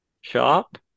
shop